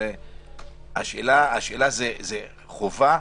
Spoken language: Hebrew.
זה חובה?